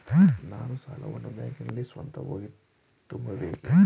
ನಾನು ಸಾಲವನ್ನು ಬ್ಯಾಂಕಿನಲ್ಲಿ ಸ್ವತಃ ಹೋಗಿ ತುಂಬಬೇಕೇ?